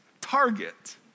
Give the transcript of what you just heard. target